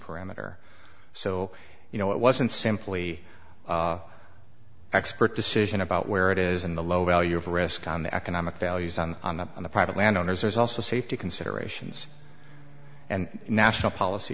parameter so you know it wasn't simply expert decision about where it is in the low value of risk on the economic values on the on the on the private landowners there's also safety considerations and national policy